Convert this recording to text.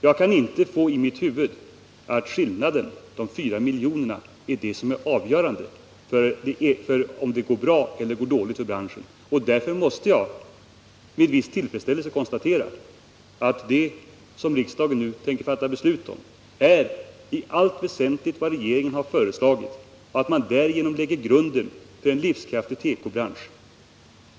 Jag kan inte få i mitt huvud att skillnaden — de fyra miljonerna — är avgörande för om det går bra eller dåligt för branschen. Därför måste jag med viss tillfredsställelse konstatera att det som riksdagen nu tänker fatta beslut om i allt väsentligt är vad regeringen har föreslagit och att man därigenom lägger grunden till en livskraftig tekobransch.